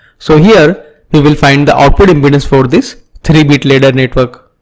so, here, we will find the output impedance for this three bit ladder network.